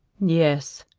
yes,